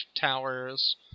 towers